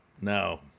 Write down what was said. No